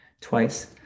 twice